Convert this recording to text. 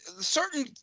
certain